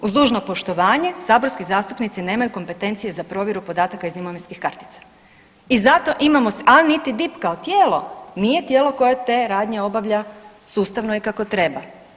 Uz dužno poštovanje saborski zastupnici nemaju kompetencije za provjeru podataka iz imovinskih kartica i zato imamo, a niti DIP kao tijelo nije tijelo koje te radnje obavlja sustavno i kako treba.